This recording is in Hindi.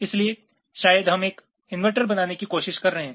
इसलिए शायद हम एक इन्वर्टर बनाने की कोशिश कर रहे हैं